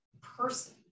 person